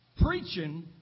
preaching